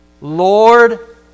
Lord